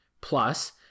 plus